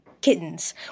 kittens